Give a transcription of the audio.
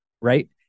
Right